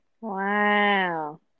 Wow